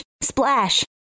splash